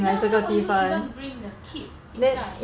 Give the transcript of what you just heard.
ya why would you even bring the kid inside